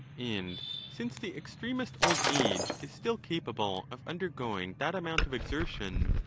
and since the extremest old age is still capable of undergoing that amount of exertion,